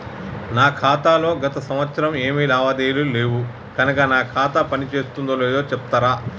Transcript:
నా ఖాతా లో గత సంవత్సరం ఏమి లావాదేవీలు లేవు కనుక నా ఖాతా పని చేస్తుందో లేదో చెప్తరా?